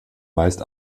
meist